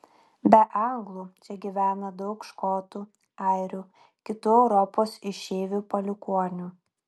be anglų čia gyvena daug škotų airių kitų europos išeivių palikuonių